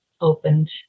opened